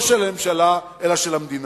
לא של הממשלה אלא של המדינה.